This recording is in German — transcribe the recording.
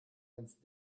ganz